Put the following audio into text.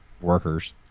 workers